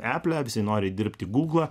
apple visi nori dirbti google